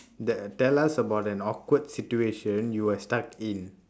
tell us about an awkward situation you were stuck in